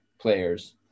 players